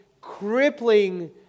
crippling